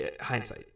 hindsight